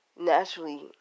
Naturally